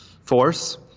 force